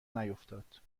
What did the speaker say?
نیفتاد